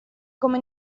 come